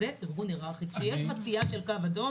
זה ארגון היררכי כשיש חציה של קו אדום,